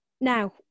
Now